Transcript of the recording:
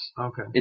Okay